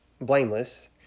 blameless